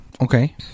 Okay